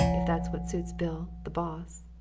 if that is what suits bill, the boss?